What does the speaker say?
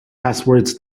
passwords